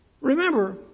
remember